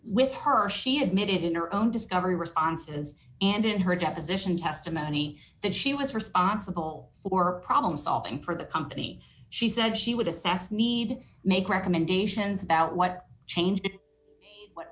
with her or she admitted in her own discovery responses and in her deposition testimony that she was responsible for problem solving for the company she said she would assess need make recommendations about what change